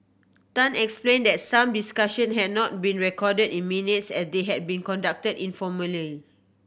Tan explained that some discussion had not been recorded in minutes as they had been conducted informally